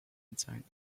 inside